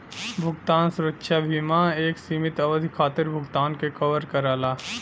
भुगतान सुरक्षा बीमा एक सीमित अवधि खातिर भुगतान के कवर करला